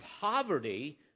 poverty